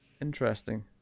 Interesting